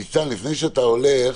ניצן, לפני שאתה הולך,